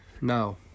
now